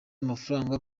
amafaranga